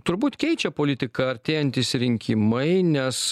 turbūt keičia politiką artėjantys rinkimai nes